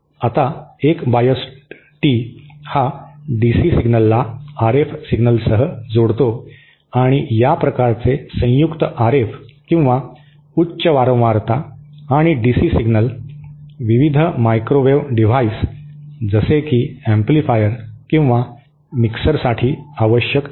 आता एक biased T हा डीसी सिग्नलला आरएफ सिग्नलसह जोडतो आणि या प्रकारचे संयुक्त आरएफ आणि किंवा उच्च वारंवारता आणि डीसी सिग्नल विविध मायक्रोवेव्ह डिव्हाइस जसे की एम्पलीफायर किंवा मिक्सरसाठी आवश्यक आहे